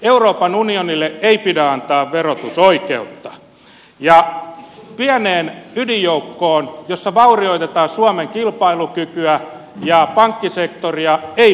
euroopan unionille ei pidä antaa verotusoikeutta ja pieneen ydinjoukkoon jossa vaurioitetaan suomen kilpailukykyä ja pankkisektoria ei pidä mennä